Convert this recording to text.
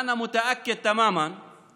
(אומר דברים בשפה הערבית,